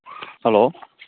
hello